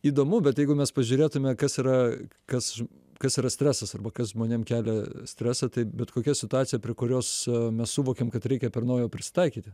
įdomu bet jeigu mes pažiūrėtume kas yra kasžm kas yra stresas arba kas žmonėm kelia stresą tai bet kokia situacija prie kurios mes suvokiam kad reikia per nauja prisitaikyti